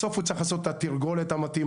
בסוף הוא צריך לעשות את התרגולת המתאימה,